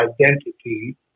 identity